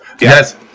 Yes